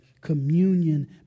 communion